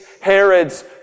Herod's